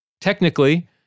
Technically